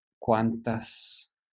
¿Cuántas